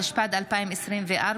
התשפ"ד 2024,